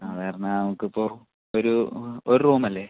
ആ വേറെ എന്നാൽ നമുക്ക് ഇപ്പോൾ ഒരു ഒരു റൂം അല്ലേ